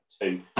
two